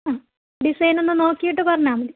ആ ഡിസൈൻ ഒന്ന് നോക്കിയിട്ട് പറഞ്ഞാൽ മതി